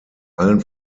allen